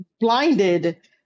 blinded